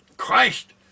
Christ